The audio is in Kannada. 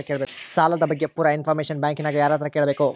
ಸಾಲದ ಬಗ್ಗೆ ಪೂರ ಇಂಫಾರ್ಮೇಷನ ಬ್ಯಾಂಕಿನ್ಯಾಗ ಯಾರತ್ರ ಕೇಳಬೇಕು?